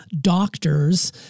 Doctors